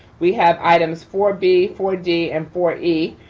we have items four b, four d and four e,